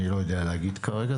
אני לא יודע להגיד כרגע,